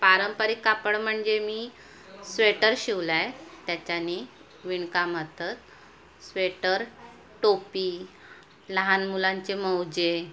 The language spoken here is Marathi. पारंपरिक कापड म्हणजे मी स्वेटर शिवला आहे त्याच्याने विणकामात स्वेटर टोपी लहान मुलांचे मोजे